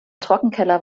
trockenkeller